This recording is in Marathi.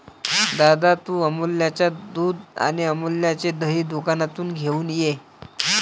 दादा, तू अमूलच्या दुध आणि अमूलचे दही दुकानातून घेऊन ये